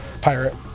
pirate